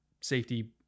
safety